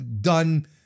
done